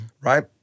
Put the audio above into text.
Right